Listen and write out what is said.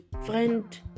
friend